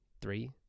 three